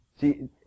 See